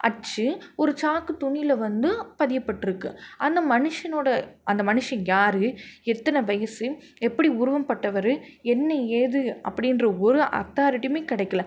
அச்சு ஒரு சாக்கு துணியில வந்து பதியப்பட்ருக்குது அந்த மனுஷனோட அந்த மனுஷன் யார் எத்தனை வயசு எப்படி உருவம் பட்டவர் என்ன ஏது அப்படின்ற ஒரு அத்தாரிட்டியுமே கிடைக்கல